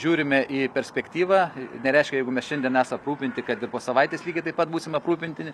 žiūrime į perspektyvą nereiškia jeigu mes šiandien mes aprūpinti kad ir po savaitės lygiai taip pat būsim aprūpinti